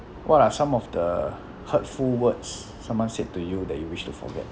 what are some of the hurtful words someone said to you that you wish to forget